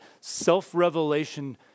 self-revelation